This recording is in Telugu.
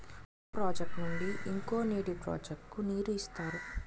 ఒక ప్రాజెక్ట్ నుండి ఇంకో నీటి ప్రాజెక్ట్ కు నీరు ఇస్తారు